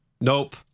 Nope